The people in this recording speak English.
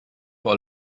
for